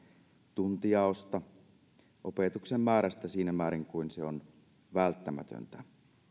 tuntijaosta sekä opetuksen määrästä siinä määrin kuin se on välttämätöntä